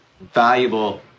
valuable